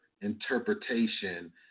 interpretation